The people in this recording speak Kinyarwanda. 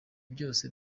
byose